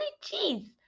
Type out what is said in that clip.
cheese